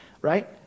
right